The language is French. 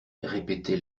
répétait